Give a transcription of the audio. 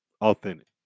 authentic